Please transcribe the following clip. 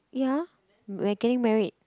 ya we are getting married